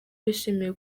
bishimiye